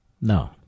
No